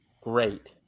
great